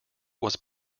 was